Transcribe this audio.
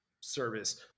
service